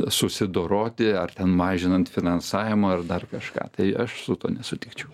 susidoroti ar ten mažinant finansavimą ar dar kažką tai aš su tuo nesutikčiau